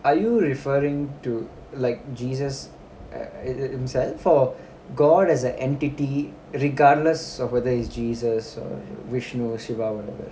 are you referring to like jesus a~ a~ himself or god as a entity regardless of whether he's jesus or vishnu shiva whatever